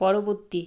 পরবর্তী